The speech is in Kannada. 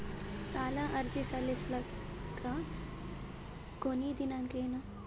ಸಾಲ ಅರ್ಜಿ ಸಲ್ಲಿಸಲಿಕ ಕೊನಿ ದಿನಾಂಕ ಏನು?